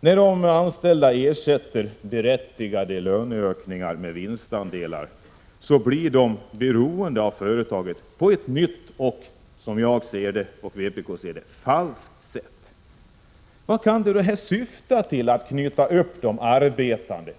När de anställda ersätter berättigade löneökningar med vinstandelar blir de beroende av företaget på ett nytt och — som vpk ser det — falskt sätt. Vad kan det syfta till att man vill knyta upp de arbetande?